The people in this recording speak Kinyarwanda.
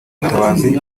ubutabazi